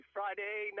Friday